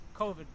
COVID